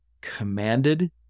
commanded